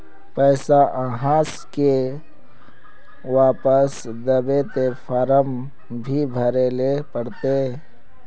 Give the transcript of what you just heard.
पैसा आहाँ के वापस दबे ते फारम भी भरें ले पड़ते?